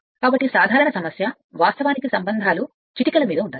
కాబట్టి సాధారణ సమస్య వాస్తవానికి సంబంధాన్ని చిటికెల మీద ఉంచాలి